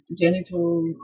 genital